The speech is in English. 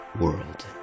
World